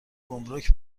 گمرگ